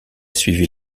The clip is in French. suivi